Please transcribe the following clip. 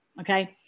okay